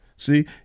See